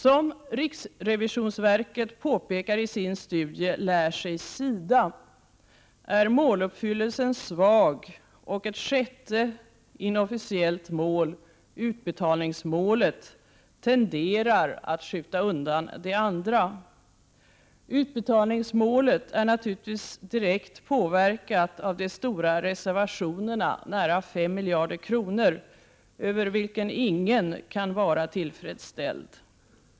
Som riksrevisionsverket påpekar i sin studie Lär sig SIDA? är måluppfyllelsen svag, och ett sjätte inofficiellt mål, Utbetalningsmålet, tenderar att skjuta undan de andra. Utbetalningsmålet är naturligtvis direkt påverkat av de stora reservationerna, nära 5 miljarder kronor, över vilka ingen kan vara tillfredsställd.